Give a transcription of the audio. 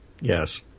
Yes